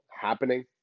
happening